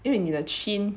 因为你的 chin